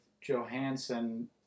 Johansson